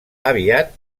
aviat